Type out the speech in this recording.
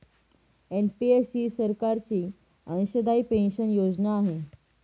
NPS ही सरकारची अंशदायी पेन्शन योजना आहे